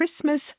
Christmas